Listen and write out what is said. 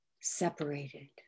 separated